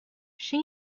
she